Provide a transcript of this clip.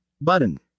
button